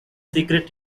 secret